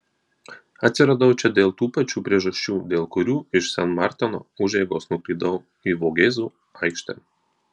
atsiradau čia dėl tų pačių priežasčių dėl kurių iš sen marteno užeigos nuklydau į vogėzų aikštę